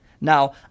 Now